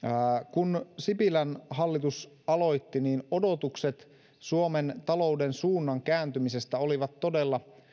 kun sipilän hallitus aloitti niin odotukset suomen talouden suunnan kääntymisestä olivat todella